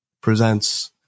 presents